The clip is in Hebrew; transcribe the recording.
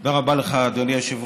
תודה רבה לך, אדוני היושב-ראש.